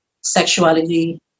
sexuality